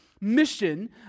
mission